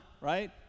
right